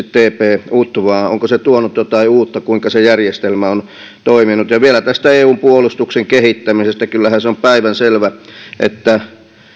tp utvan informoimiseksi niistä tuonut jotain uutta kuinka se järjestelmä on toiminut ja vielä tästä eun puolustuksen kehittämisestä kyllähän se on päivänselvää että